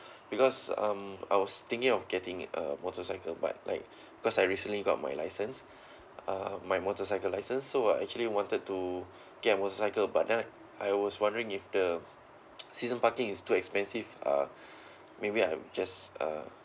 because um I was thinking of getting a motorcycle but like because I recently got my license uh my motorcycle licence so I actually wanted to get a motorcycle but I was wondering if the season parking is too expensive uh maybe I would just uh